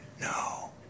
no